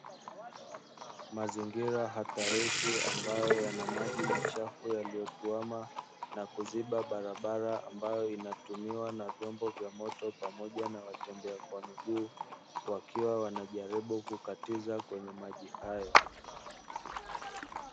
Mazingira hatarishi ambayo yana maji machafu yaliyotuama, na kuziba barabara ambayo inatumiwa na vyombo vya moto pamoja na watembea kwa miguu wakiwa wanajaribu kukatiza kwenye maji hayo.